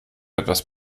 etwas